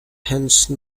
hence